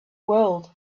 world